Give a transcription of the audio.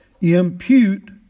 impute